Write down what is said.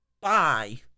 Bye